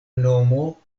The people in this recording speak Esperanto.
nomo